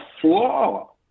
flaw